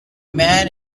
man